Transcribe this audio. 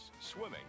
swimming